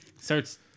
Starts